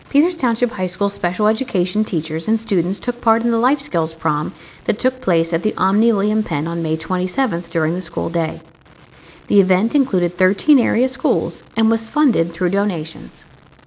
peers township high school special education teachers and students took part in the life skills prom that took place at the omni liam penn on may twenty seventh during the school day the event included thirteen area schools and was funded through donations